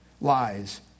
lies